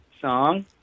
song